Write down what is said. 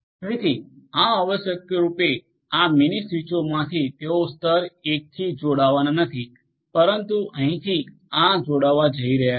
તેથી આ આવશ્યકરૂપે આ મીની સ્વીચોમાંથી તેઓ સ્તર 1 થી જોડાવાના નથી પરંતુ અહીંથી આ જોડાવવા જઈ રહ્યા છે